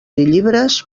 llibres